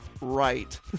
right